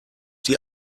die